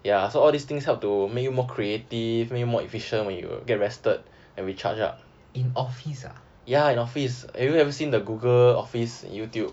in office ah